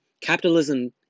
Capitalism